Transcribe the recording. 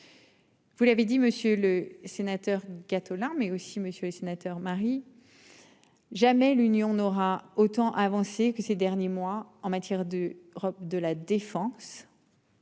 Vous l'avez dit, monsieur le sénateur Gattolin mais aussi messieurs les sénateurs Marie-. Jamais l'union n'aura autant avancer que ces derniers mois en matière de robes